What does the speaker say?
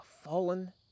fallen